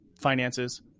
finances